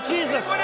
Jesus